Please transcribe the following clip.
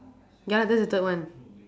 ya that's the third one